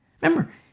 Remember